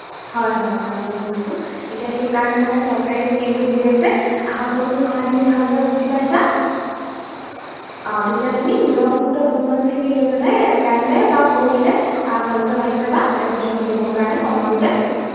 হয় হয় হয় মই বুজিছোঁ এতিয়া সেইকাৰণে মানে চৰকাৰে স্কীমটো উলিয়াইছে আশা কৰোঁ তুমি কথাখিনি ভালদৰে বুজি পাইছা অঁ তেতিয়া তুমি নিজৰ শুদ্ধ ডকুমেণ্টছখিনি লৈ পেলাই কাইলৈ বা পৰহিলৈ কলেজত আহি যাবা এডমিশ্যনটো ল'বৰ বাবে সময়মতে